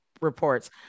reports